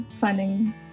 finding